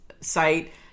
site